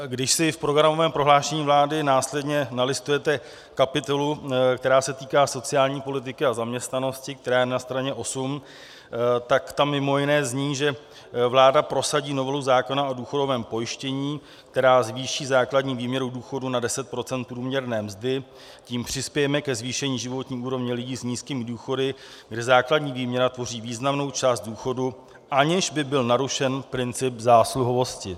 Když si v programovém prohlášení vlády následně nalistujete kapitolu, která se týká sociální politiky a zaměstnanosti, která je na straně 8, tak tam mimo jiné zní, že vláda prosadí novelu zákona o důchodovém pojištění, která zvýší základní výměru důchodu na 10 % průměrné mzdy, tím přispějeme ke zvýšení životní úrovně lidí s nízkými důchody, kde základní výměra tvoří významnou část důchodu, aniž by byl narušen princip zásluhovosti.